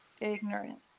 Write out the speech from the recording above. Ignorant